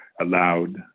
allowed